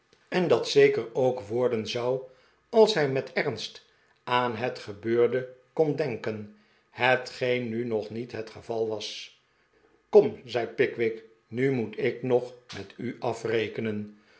en dat zekerook worden zou als hij met ernst aan het gebeurde kon denken hetgeen nu nog niet het geval was kom zei pickwick nu moet ik nog met u afrekenen